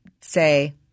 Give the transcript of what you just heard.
say